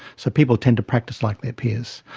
so people tend to practice like their peers.